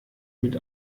mit